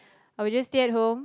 I will just stay at home